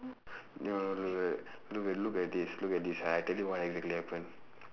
no no no no look at look at this look at this I tell you exactly what happen